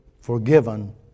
forgiven